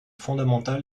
fondamental